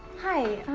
hi. ah,